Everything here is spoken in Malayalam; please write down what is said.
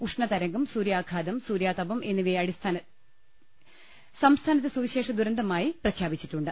ഉഷ്ണതരംഗം സൂര്യാഘാതം സൂര്യാതപം എന്നിവയെ സംസ്ഥാ നത്തെ സുവിശേഷ ദുരന്തമായി പ്രഖ്യാപിച്ചിട്ടുണ്ട്